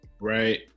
Right